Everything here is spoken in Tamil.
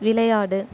விளையாடு